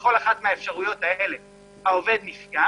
בכל אחת מהאפשרויות האלה העובד נפגע,